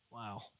Wow